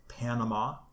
Panama